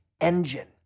Engine